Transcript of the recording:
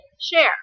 share